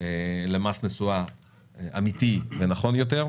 למס נסועה אמיתי ונכון יותר.